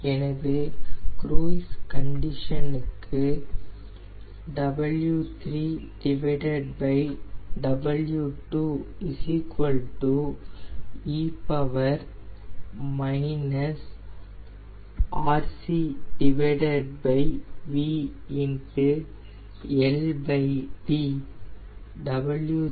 எனவே cruise condition க்கு e RCVLD e 1035435 0